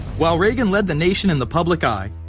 while reagan led the nation in the public eye,